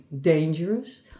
dangerous